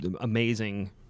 amazing